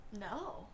No